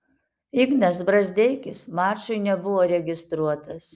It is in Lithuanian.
ignas brazdeikis mačui nebuvo registruotas